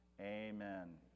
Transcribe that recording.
Amen